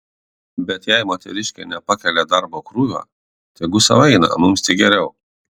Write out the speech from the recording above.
bet jei moteriškė nepakelia darbo krūvio tegu sau eina mums tik geriau